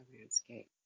landscape